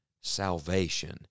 salvation